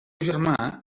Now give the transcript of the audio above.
germà